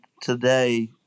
today